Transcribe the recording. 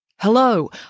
Hello